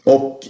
Och